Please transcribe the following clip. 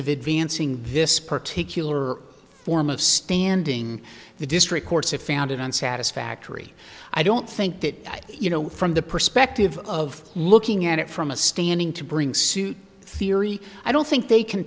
advancing this particular form of standing the district courts have founded on satisfactory i don't think that you know from the perspective of looking at it from a standing to bring suit theory i don't think they c